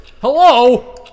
Hello